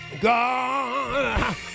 God